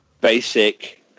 basic